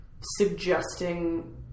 suggesting